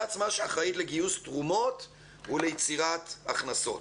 עצמה שאחראית לגיוס תרומות וליצירת הכנסות.